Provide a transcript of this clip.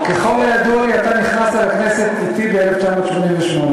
ככל הידוע לי אתה נכנסת לכנסת אתי, ב-1988.